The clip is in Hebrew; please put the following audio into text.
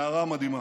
נערה מדהימה.